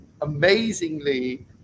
amazingly